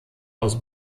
aus